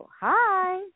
Hi